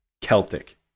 Celtic